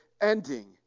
ending